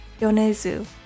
Yonezu